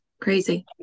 crazy